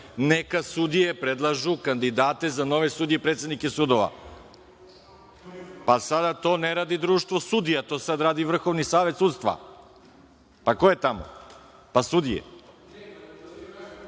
neka sudije predlažu kandidate za nove sudije, predsednike sudova, pa sada to ne radi Društvo sudija, već Vrhovni savet sudstva. Ko je tamo? Sudije.